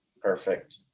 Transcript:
Perfect